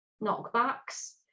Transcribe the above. knockbacks